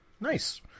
Nice